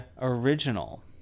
original